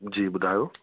जी ॿुधायो